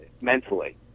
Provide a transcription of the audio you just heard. mentally